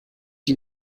die